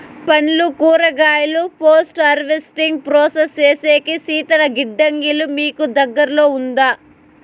పండ్లు కూరగాయలు post harvesting process సేసేకి శీతల గిడ్డంగులు మీకు దగ్గర్లో ఉందా?